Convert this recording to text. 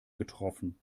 getroffen